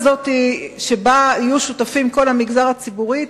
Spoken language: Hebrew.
שבה יהיו שותפים כל המגזר הציבורי,